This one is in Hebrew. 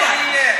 לא יהיה.